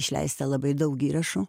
išleista labai daug įrašų